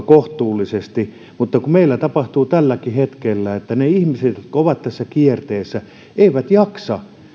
kohtuullisesti meillä tapahtuu tälläkin hetkellä että ne ihmiset jotka ovat tässä kierteessä eivät